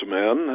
men